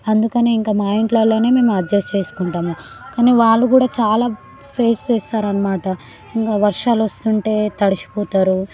అందుకనే ఇంక మా ఇంట్లోనే మేము అడ్జస్ట్ చేసుకుంటాము కానీ వాళ్ళు చూడ చాలా ఫేస్ చేస్తారన్నమాట ఇంక వర్షాలు వస్తుంటే తడిసిపోతారు